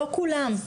לא כולם.